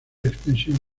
extensión